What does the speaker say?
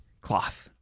cloth